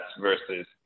versus